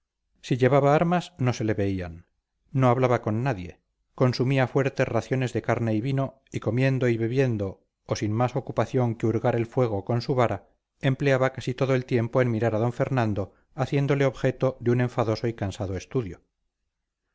si llevaba armas no se le veían no hablaba con nadie consumía fuertes raciones de carne y vino y comiendo y bebiendo o sin más ocupación que hurgar el fuego con su vara empleaba casi todo el tiempo en mirar a d fernando haciéndole objeto de un enfadoso y cansado estudio